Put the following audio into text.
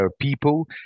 People